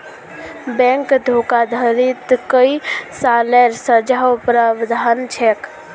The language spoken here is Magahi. बैंक धोखाधडीत कई सालेर सज़ारो प्रावधान छेक